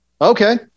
Okay